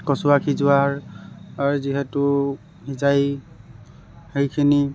কচুশাক সিজোৱাৰ যিহেতু সিজাই সেইখিনি